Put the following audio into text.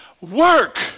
work